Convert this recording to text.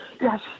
Yes